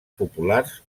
populars